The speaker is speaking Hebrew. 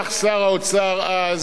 בנימין נתניהו,